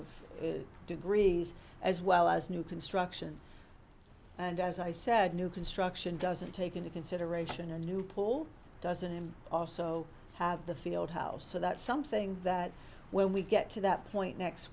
of degrees as well as new construction and as i said new construction doesn't take into consideration a new pool doesn't him also have the field house so that's something that when we get to that point next